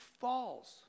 falls